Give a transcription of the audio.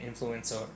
influencer